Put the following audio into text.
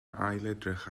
ailedrych